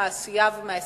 מהעשייה ומההישגים.